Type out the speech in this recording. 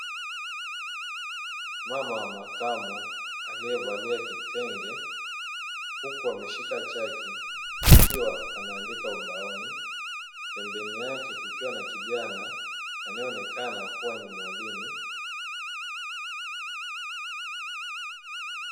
Mama wa mkamo aliyevalia kitenge huku ameshika chaki akiwa anaandika ubaoni, pembeni yake kukiwa na kijana anayeonekana kuwa ni mwalimu.